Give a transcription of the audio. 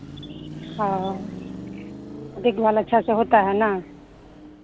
हाँ देखभाल अच्छा से होता है ना